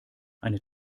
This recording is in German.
eine